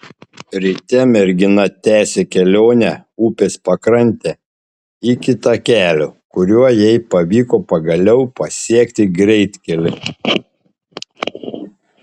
ryte mergina tęsė kelionę upės pakrante iki takelio kuriuo jai pavyko pagaliau pasiekti greitkelį